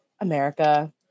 america